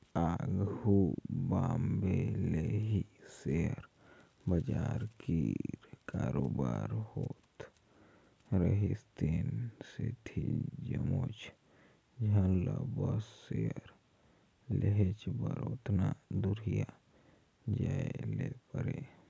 आघु बॉम्बे ले ही सेयर बजार कीर कारोबार होत रिहिस तेन सेती जम्मोच झन ल बस सेयर लेहेच बर ओतना दुरिहां जाए ले परे